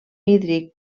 hídric